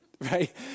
right